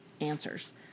answers